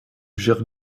gère